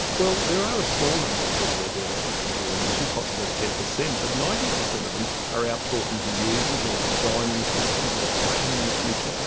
well, there are a small number of people who do that in the computer industry, possibly ten percent, but ninety percent of them are out talking to users or designing systems or planning the future.